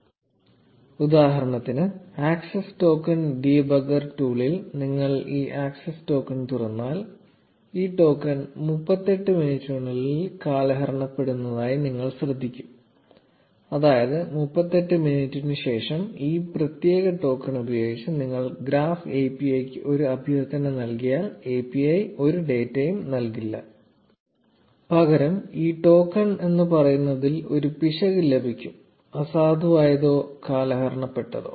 0037 ഉദാഹരണത്തിന് access token debugger ടൂളിൽ നിങ്ങൾ ഈ ആക്സസ് ടോക്കൺ തുറന്നാൽ സ്ലൈഡ് സമയം കാണുക 0045 ഈ ടോക്കൺ 38 മിനിറ്റിനുള്ളിൽ കാലഹരണപ്പെടുന്നതായി നിങ്ങൾ ശ്രദ്ധിക്കും അതായത് 38 മിനിറ്റിനു ശേഷം ഈ പ്രത്യേക ടോക്കൺ ഉപയോഗിച്ച് നിങ്ങൾ ഗ്രാഫ് API യ്ക്ക് ഒരു അഭ്യർത്ഥന നൽകിയാൽ API ഒരു ഡാറ്റയും നൽകില്ല പകരം ഈ ടോക്കൺ എന്ന് പറയുന്നതിൽ ഒരു പിശക് ലഭിക്കും അസാധുവായതോ കാലഹരണപ്പെട്ടതോ